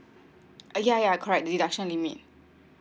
uh ya ya correct deduction limit